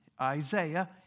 Isaiah